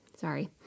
sorry